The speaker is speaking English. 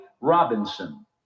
Robinson